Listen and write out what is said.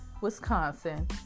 Wisconsin